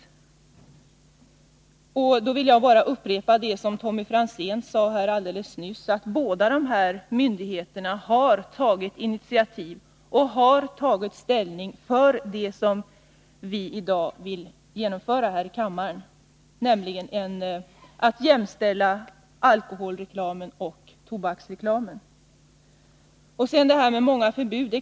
Jag vill med anledning därav bara upprepa det som Tommy Franzén sade alldeles nyss: Båda dessa myndigheter har tagit ställning för det som vi i dag vill genomföra här i kammaren, nämligen att jämställa alkoholreklamen och tobaksreklamen. Sedan till debatten om de s.k. många förbuden.